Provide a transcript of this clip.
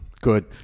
Good